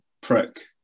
prick